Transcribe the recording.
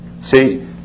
See